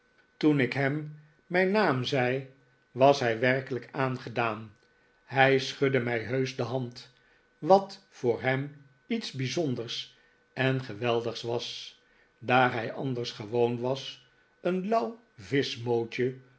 toen ik hem mijn naam zei was hij werkelijk aangedaan hij schudde mij heusch de hand wat voor hem iets bijzonders en geweldigs was daar hij anders gewoon was een lauw